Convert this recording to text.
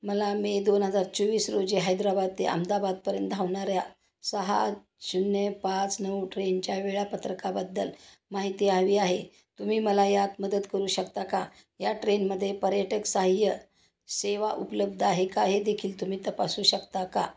मला मे दोन हजार चोवीस रोजी हैद्राबाद ते अहमदाबादपर्यंत धावणाऱ्या सहा शून्य पाच नऊ ट्रेनच्या वेळापत्रकाबद्दल माहिती हवी आहे तुम्ही मला यात मदत करू शकता का या ट्रेनमध्ये पर्यटक सहाय्य सेवा उपलब्ध आहे का हेदेखील तुम्ही तपासू शकता का